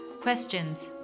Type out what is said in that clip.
questions